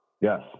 Yes